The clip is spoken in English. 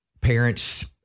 parents